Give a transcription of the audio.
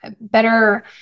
better